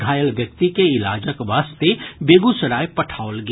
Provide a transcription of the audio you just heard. घायल व्यक्ति के इलाजक वास्ते बेगूसराय पठाओल गेल